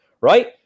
right